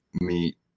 meet